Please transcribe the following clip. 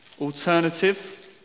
alternative